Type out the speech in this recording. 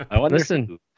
listen